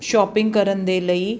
shopping ਕਰਨ ਦੇ ਲਈ